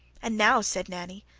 and now, said nanny,